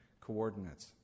coordinates